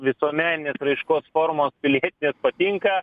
visuomeninės raiškos formos pilietinės patinka